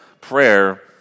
prayer